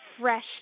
fresh